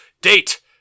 date